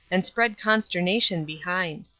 and spread consternation behind.